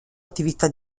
attività